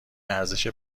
ارزش